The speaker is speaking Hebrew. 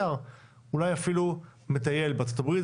אולי אפילו מטייל בארצות הברית